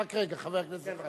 רק רגע, חבר הכנסת זחאלקה.